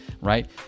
right